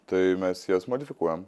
tai mes jas modifikuojam